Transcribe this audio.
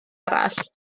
arall